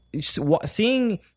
seeing